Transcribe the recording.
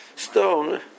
stone